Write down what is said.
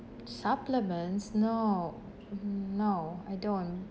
supplements no n~ no I don't